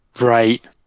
Right